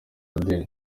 amb